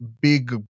big